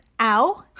ow